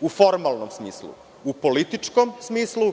u formalnom smislu. U političkom smislu,